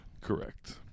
Correct